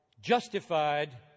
justified